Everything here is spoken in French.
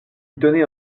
donner